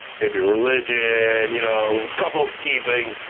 maybe a religion, a and you know couple key things,